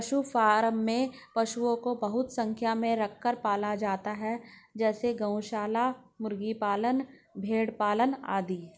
पशु फॉर्म में पशुओं को बहुत संख्या में रखकर पाला जाता है जैसे गौशाला, मुर्गी पालन, भेड़ पालन आदि